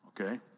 Okay